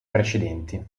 precedenti